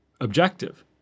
objective